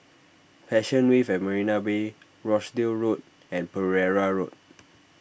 Passion Wave at Marina Bay Rochdale Road and Pereira Road